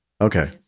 okay